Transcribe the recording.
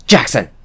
Jackson